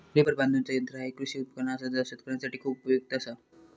reaper बांधुचा यंत्र ह्या एक कृषी उपकरण असा जा शेतकऱ्यांसाठी खूप उपयुक्त असा